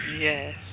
Yes